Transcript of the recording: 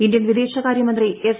Indian വിദേശകാര്യ മന്ത്രി S